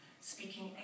speaking